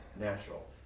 natural